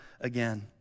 again